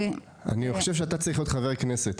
אני חושב שאתה צריך להיות חבר כנסת.